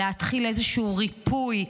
להתחיל איזשהו ריפוי,